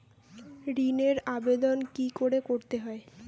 ঋণের আবেদন কি করে করতে হয়?